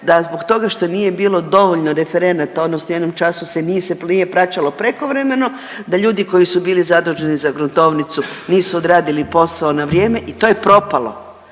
da zbog toga što nije bilo dovoljno referenata odnosno u jednom času se nije, nije se plaćalo prekovremeno da ljudi koji su bili zaduženi za gruntovnicu nisu odradili posao na vrijeme i to je propalo.